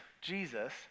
Jesus